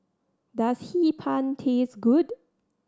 does Hee Pan taste good